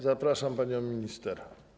Zapraszam panią minister.